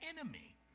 enemy